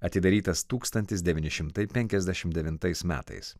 atidarytas tūkstantis devyni šimtai penkiasdešimt devintais metais